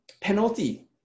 penalty